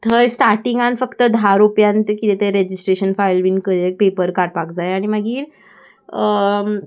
थंय स्टार्टिंगान फक्त धा रुपयान कितें तें रेजिस्ट्रेशन फायल बीन पेपर काडपाक जाय आनी मागीर